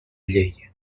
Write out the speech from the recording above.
llei